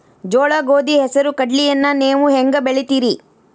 ಜೋಳ, ಗೋಧಿ, ಹೆಸರು, ಕಡ್ಲಿಯನ್ನ ನೇವು ಹೆಂಗ್ ಬೆಳಿತಿರಿ?